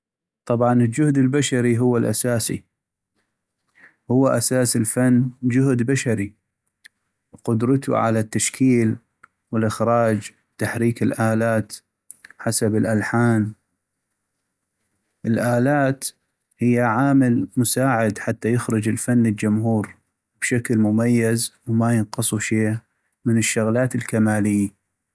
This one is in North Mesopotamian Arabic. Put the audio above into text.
طبعاً الجهد البشري هو الأساسي ، هو أساس الفن جهد بشري وقدرتو على التشكيل والاخراج وتحريك الآلات حسب الالحان ، الآلات هي عامل مساعد حتى يخرج الفن للجمهور بشكل مميز وما ينقصو شي من الشغلات الكمالي.